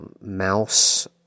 mouse